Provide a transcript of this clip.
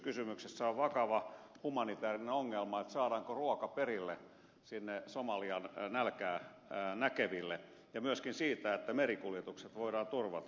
kysymyksessä on vakava humanitäärinen ongelma saadaanko ruoka perille sinne somalian nälkää näkeville ja myöskin se että merikuljetukset voidaan turvata